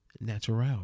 natural